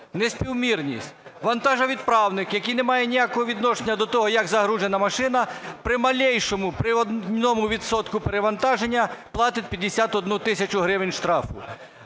неспівмірність. Вантажовідправник, який не має ніякого відношення до того як загружена машина, при малейшем, при 1 відсотку перевантаження платить 51 тисячу гривень штрафу.